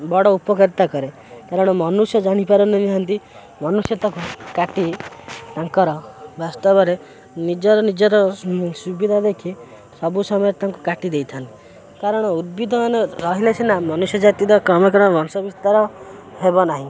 ବଡ଼ ଉପକାରିତା କରେ କାରଣ ମନୁଷ୍ୟ ଜାଣିପାରୁନାହାଁନ୍ତି ମନୁଷ୍ୟ ତାକୁ କାଟି ତାଙ୍କର ବାସ୍ତବରେ ନିଜର ନିଜର ସୁବିଧା ଦେଖି ସବୁ ସମୟରେ ତାଙ୍କୁ କାଟିଦେଇଥାନ୍ତି କାରଣ ଉଦ୍ଭିଦ ମାନେ ରହିଲେ ସିନା ମନୁଷ୍ୟ ଜାତିର କମ କ'ଣ ବଂଶବିସ୍ତାର ହେବ ନାହିଁ